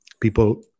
people